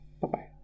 Bye-bye